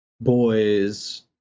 boys